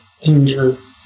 angels